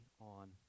on